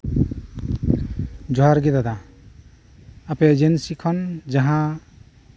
ᱡᱚᱦᱟᱨ ᱜᱮ ᱫᱟᱫᱟ ᱟᱯᱮ ᱮᱡᱮᱱᱥᱤ ᱠᱷᱚᱱ ᱡᱟᱦᱟᱸ